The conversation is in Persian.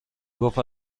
گفت